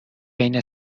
بین